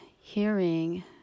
hearing